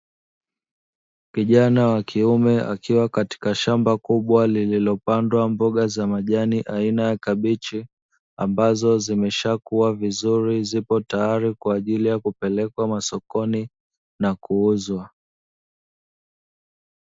Kijana wa kiume akiwa katika shamba kubwa lililopandwa mboga za mjani aina ya kabichi, ambazo zimeshakuwa vizuri zipo tayari kwa ajili ya kupelekwa masokoni na kuuzwa.